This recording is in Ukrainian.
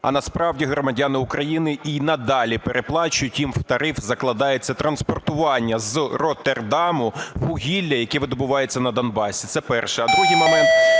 а насправді громадяни України і надалі переплачують, їм в тариф закладається транспортування з Роттердаму вугілля, яке видобувається на Донбасі, це перше.